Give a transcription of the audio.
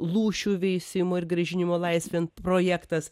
lūšių veisimo ir grąžinimo laisvėn projektas